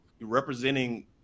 representing